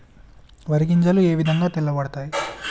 వరి గింజలు ఏ విధంగా తెల్ల పడతాయి?